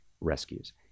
rescues